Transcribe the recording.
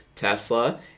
Tesla